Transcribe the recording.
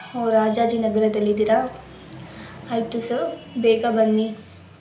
ಹೊ ರಾಜಾಜಿ ನಗರದಲ್ಲಿದ್ದೀರಾ ಆಯಿತು ಸರ್ ಬೇಗ ಬನ್ನಿ